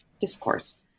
discourse